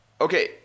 okay